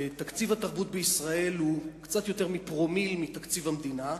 ותקציב התרבות בישראל הוא קצת יותר מפרומיל מתקציב המדינה,